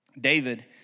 David